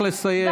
ממך לסיים.